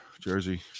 Jersey